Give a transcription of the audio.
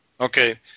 Okay